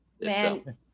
man